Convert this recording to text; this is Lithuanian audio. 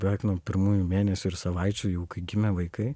beveik nuo pirmųjų mėnesių ir savaičių jau kai gimė vaikai